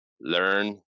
learn